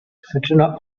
przyczyna